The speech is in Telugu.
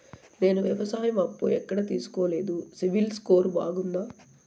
నేను వ్యవసాయం అప్పు ఎక్కడ తీసుకోలేదు, సిబిల్ స్కోరు బాగుందా?